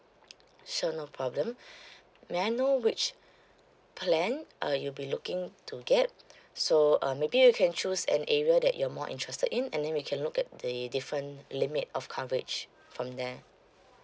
sure no problem may I know which plan uh you'll be looking to get so uh maybe you can choose an area that you're more interested in and then we can look at the different limit of coverage from there